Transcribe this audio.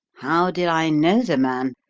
how did i know the man?